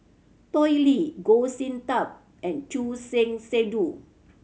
Tao Li Goh Sin Tub and Choor Singh Sidhu